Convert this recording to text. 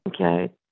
Okay